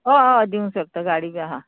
हय हय दिवंक शकता गाडी बी आहा